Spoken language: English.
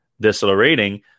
decelerating